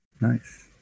Nice